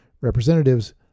representatives